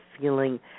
feeling